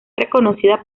reconocida